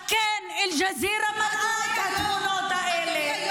אז כן, אל-ג'זירה מראה את התמונות האלה.